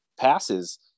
passes